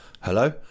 Hello